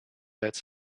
that